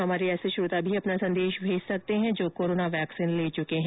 हमारे ऐसे श्रोता भी अपना संदेश भेज सकते हैं जो कोरोना वैक्सीन ले चुके हैं